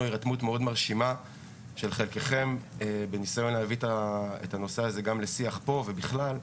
הירתמות מאוד מרשימה של חלקכם בניסיון להביא את הנושא הזה לשיח פה ובכלל.